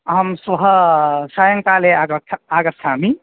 अहं श्वः सायङ्काले आगच्छामि आगच्छामि